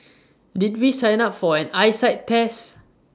did we sign up for an eyesight test